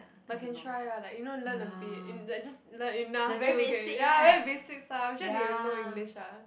but can try ah like you know learn a bit in just like learn enough to get ya very basic stuff I'm sure they will know English ah